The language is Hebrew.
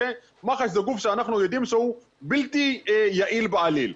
מח"ש זה גוף שאנחנו יודעים שהוא בלתי יעיל בעליל.